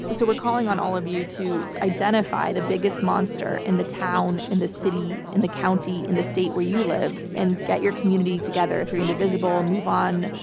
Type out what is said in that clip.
so we're calling on all of you to identify the biggest monster in the town, in the city, in the county, in the state where you live, and get your community together through indivisible, move on,